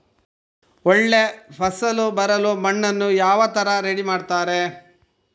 ಒಳ್ಳೆ ಫಸಲು ಬರಲು ಮಣ್ಣನ್ನು ಯಾವ ತರ ರೆಡಿ ಮಾಡ್ತಾರೆ?